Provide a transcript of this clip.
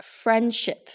friendship